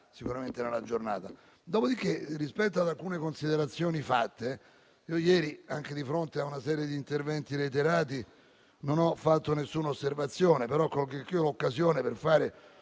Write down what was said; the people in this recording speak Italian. (sicuramente in giornata); dopodiché, rispetto ad alcune considerazioni fatte e anche di fronte a una serie di interventi reiterati, ieri non ho fatto alcuna osservazione, però colgo l'occasione per fare